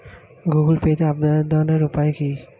Google পেতে আবেদনের উপায় কি?